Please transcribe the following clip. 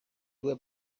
due